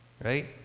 right